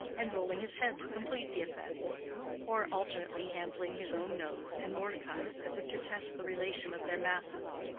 and rolling his head to complete the effect or alternately handling his own nose and mordecai's as if to test the relation of their masses.